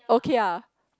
okay ah